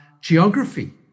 geography